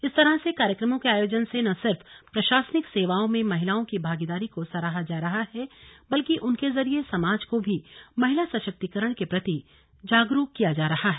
इस तरह से कार्यक्रमों के आयोजन से न सिर्फ प्रशासनिक सेवाओं में महिलाओं की भागिदारी को सराहा जा रहा है बल्कि उनके जरिए समाज को भी महिला सशक्तिकरण के प्रति जागरुक किया जा रहा है